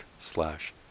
slash